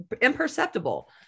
imperceptible